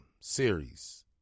series